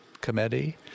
Committee